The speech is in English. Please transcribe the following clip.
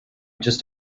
just